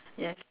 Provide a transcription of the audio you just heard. yes